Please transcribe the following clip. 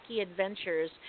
adventures